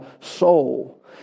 soul